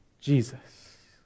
Jesus